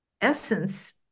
essence